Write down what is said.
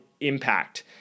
impact